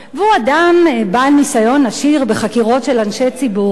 והוא אדם בעל ניסיון עשיר בחקירות של אנשי ציבור.